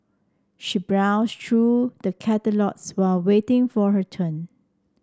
she browsed through the catalogues while waiting for her turn